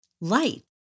light